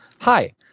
hi